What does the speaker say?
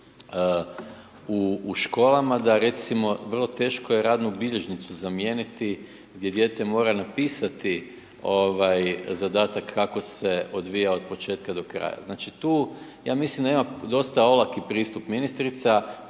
u školama da, recimo, vrlo teško je radnu bilježnicu zamijeniti gdje dijete mora napisati zadatak kako se odvijao od početka do kraja. Znači tu, ja mislim da ima dosta olaki pristup ministrica,